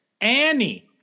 Annie